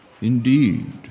Indeed